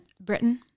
Britain